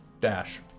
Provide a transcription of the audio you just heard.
dash